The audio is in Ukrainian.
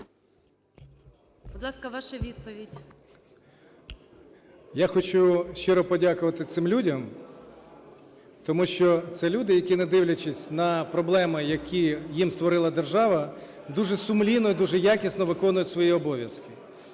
Я хочу щиро подякувати цим людям, тому що це люди, які, не дивлячись на проблеми, які їм створила держава, дуже сумлінно і дуже якісно виконують свої обов'язки.